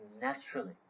naturally